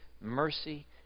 mercy